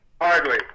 Hardly